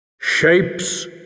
Shapes